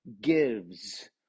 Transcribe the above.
gives